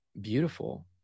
beautiful